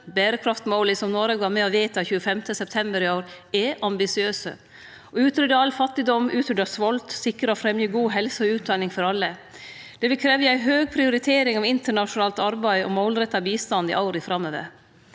Berekraftsmåla som Noreg var med på å vedta 25. september i år, er ambisiøse: å utrydde all fattigdom, utrydde svolt, sikre og fremje god helse og utdanning for alle. Det vil krevje ei høg prioritering av internasjonalt arbeid og målretta bistand i åra framover.